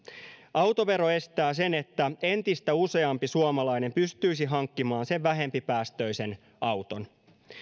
autovero estää sen että entistä useampi suomalainen pystyisi hankkimaan sen vähempipäästöisen auton